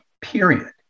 Period